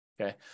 Okay